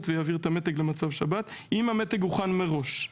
ויעביר את המתג למצב שבת אם המתג הוכן מראש.